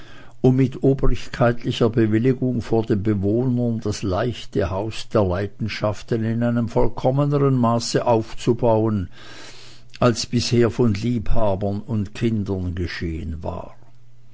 um mit obrigkeitlicher bewilligung vor den bewohnern das leichte haus der leidenschaften in einem vollkommenern maße aufzubauen als bisher von liebhabern und kindern geschehen war